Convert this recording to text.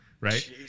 Right